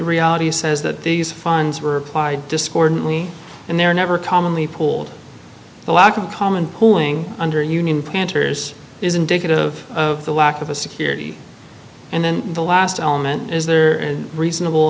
reality says that these funds were applied discordantly and they're never commonly pulled the lack of common pooling under union planters is indicative of the lack of a security and then the last element is there and reasonable